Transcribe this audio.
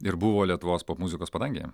ir buvo lietuvos popmuzikos padangėje